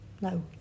No